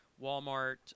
Walmart